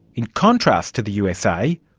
in contrast to the usa,